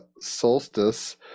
solstice